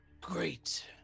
great